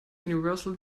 universal